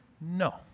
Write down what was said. No